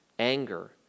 anger